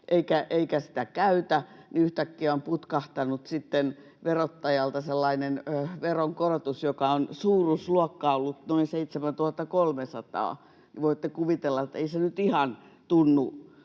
eikä sitä käytä, yhtäkkiä on putkahtanut verottajalta sellainen veronkorotus, jonka suuruusluokka on ollut noin 7 300. Voitte kuvitella, että ei se nyt ihan tunnu